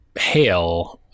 hail